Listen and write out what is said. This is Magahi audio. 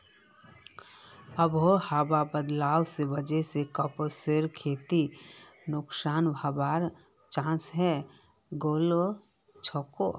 आबोहवा बदलवार वजह स कपासेर खेती नुकसान हबार चांस हैं गेलछेक